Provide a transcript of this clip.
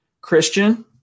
Christian